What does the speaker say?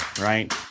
right